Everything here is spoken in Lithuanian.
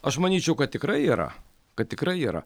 aš manyčiau kad tikrai yra kad tikrai yra